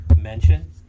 mention